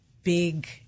big